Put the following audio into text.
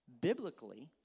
biblically